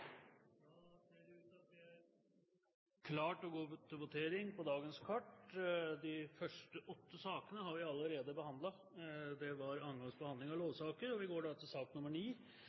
Da ser det ut til at vi er klare til å gå til votering over sakene nr. 9–17 på dagens kart. De første åtte sakene har vi allerede votert over. Det var annen gangs behandling av lovsaker.